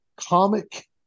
comic